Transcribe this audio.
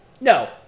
No